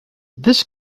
this